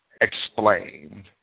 explained